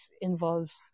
involves